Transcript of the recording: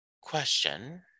question